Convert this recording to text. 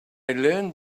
learned